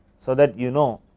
so that you know,